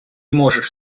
можеш